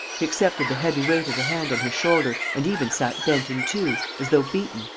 he accepted the heavy weight of the hand on his shoulder and even sat bent in two, as though beaten,